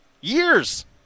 years